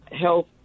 Health